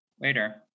Later